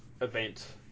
event